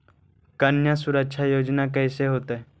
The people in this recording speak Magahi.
कन्या सुरक्षा योजना कैसे होतै?